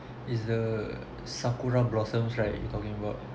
it's the sakura blossoms right you talking about